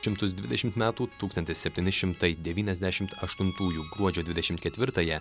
šimtus dvidešimt metų tūkstantis septyni šimtai devyniasdešimt aštuntųjų gruodžio dvidešimt ketvirtąją